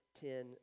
ten